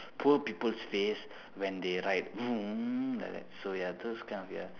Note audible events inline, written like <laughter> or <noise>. poor people's face when they ride <noise> like that so ya those kind of ya